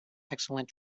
excellent